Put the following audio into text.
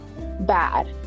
bad